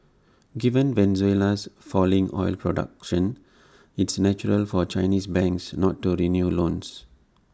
given Venezuela's falling oil production it's natural for Chinese banks not to renew loans